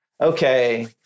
okay